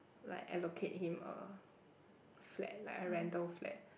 like allocate him a flat like a rental flat